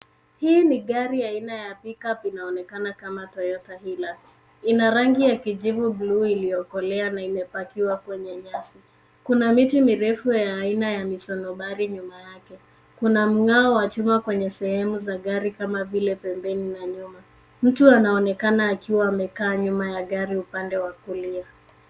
Hii ni gari aina ya pickup inaonekana kama Toyota Hilux. Ina rangi ya kijivu buluu iliyokolea na imepakiwa kwenye nyasi. Kuna miti mirefu ya aina ya misonobari nyuma yake. Kuna mng'ao wa chuma kwenye sehemu za gari kama vile pembeni na nyuma. Mtu anaonekana akiwa amekaa nyuma ya gari upande wa kulia.